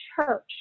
church